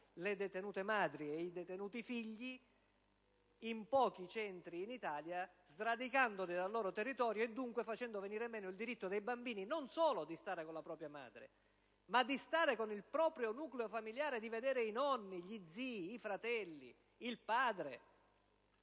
le detenute madri e i detenuti figli in pochi centri d'Italia sradicandoli dal loro territorio e, dunque, facendo venire meno il diritto dei bambini non solo di stare con la propria madre, ma di stare con il proprio nucleo familiare, di vedere i nonni, gli zii, i fratelli, il padre.